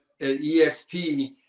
eXp